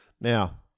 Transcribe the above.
Now